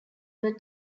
were